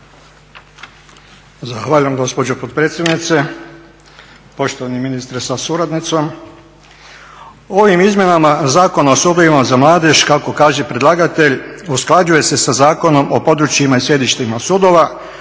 Zahvaljujem gospođo potpredsjednice. Poštovani ministre sa suradnicom. Ovim izmjenama Zakona o sudovima za mladež kako kaže predlagatelj usklađuje se sa Zakonom o područjima i sjedištima sudova